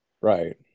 Right